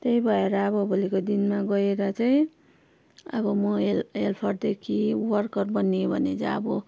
त्यही भएर अब भोलिको दिनमा गएर चाहिँ अब म हेल् हेल्परदेखि वर्कर बनेँ भने चाहिँ अब